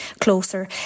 closer